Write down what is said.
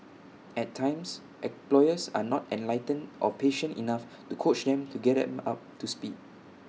at times employers are not enlightened or patient enough to coach them to get them up to speed